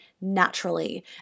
naturally